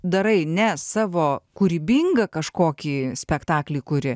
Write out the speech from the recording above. darai ne savo kūrybingą kažkokį spektaklį kuri